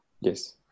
Yes